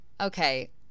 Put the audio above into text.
Okay